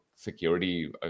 security